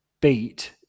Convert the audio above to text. beat